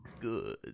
good